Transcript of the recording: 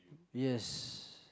yes